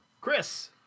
Chris